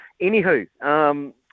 Anywho